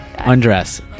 Undress